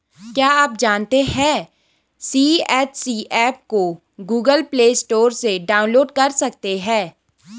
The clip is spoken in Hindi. क्या आप जानते है सी.एच.सी एप को गूगल प्ले स्टोर से डाउनलोड कर सकते है?